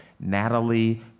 Natalie